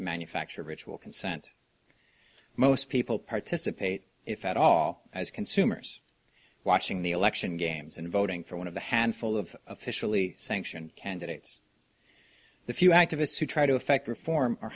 manufacture ritual consent most people participate if at all as consumers watching the election games and voting for one of the handful of officially sanctioned candidates the few activists who try to effect reform o